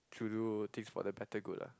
to do things for the better good lah